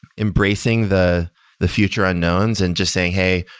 embracing the the future unknowns and just saying, hey,